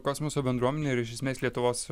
kosmoso bendruomenė ir iš esmės lietuvos